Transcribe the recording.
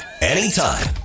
anytime